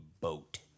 boat